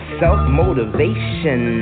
self-motivation